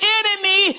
enemy